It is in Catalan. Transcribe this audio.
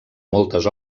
moltes